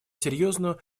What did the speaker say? серьезную